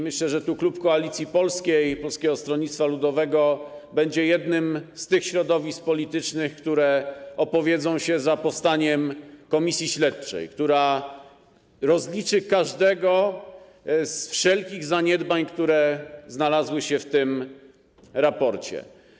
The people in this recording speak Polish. Myślę, że klub Koalicji Polskiej - Polskiego Stronnictwa Ludowego będzie jednym z tych środowisk politycznych, które opowiedzą się za powstaniem komisji śledczej, która rozliczy każdego z wszelkich zaniedbań wymienionych w tym raporcie.